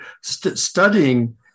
studying